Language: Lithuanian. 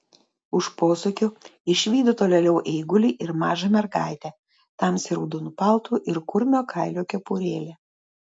už posūkio išvydo tolėliau eigulį ir mažą mergaitę tamsiai raudonu paltu ir kurmio kailio kepurėle